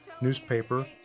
newspaper